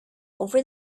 over